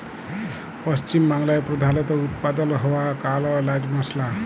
পশ্চিম বাংলায় প্রধালত উৎপাদল হ্য়ওয়া কাল এলাচ মসলা